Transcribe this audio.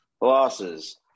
losses